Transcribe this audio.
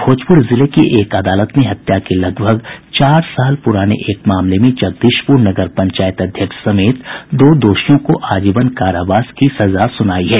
भोजपुर जिले की एक अदालत ने हत्या के लगभग चार साल पुराने एक मामले में जगदीशपुर नगर पंचायत अध्यक्ष समेत दो दोषियों को आजीवन कारावास की सजा सुनायी है